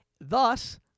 Thus